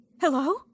Hello